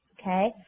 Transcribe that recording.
okay